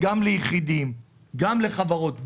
גם ליחידים וגם לחברות.